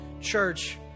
church